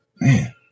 man